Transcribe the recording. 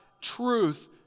truth